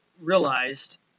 realized